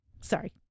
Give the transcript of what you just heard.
sorry